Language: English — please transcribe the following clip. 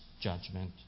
judgment